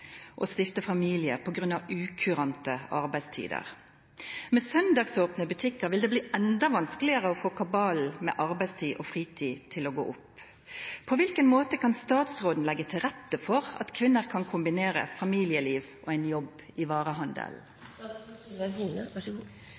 stifte familie på grunn av ukurante arbeidstider. Med søndagsåpne butikker vil det bli enda vanskeligere å få kabalen med arbeidstid og fritid til å gå opp. På hvilken måte kan statsråden legge til rette for at kvinner kan kombinere familieliv og en jobb i